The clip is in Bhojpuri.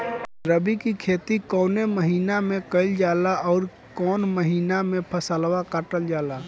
रबी की खेती कौने महिने में कइल जाला अउर कौन् महीना में फसलवा कटल जाला?